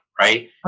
Right